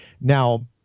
Now